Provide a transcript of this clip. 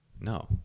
no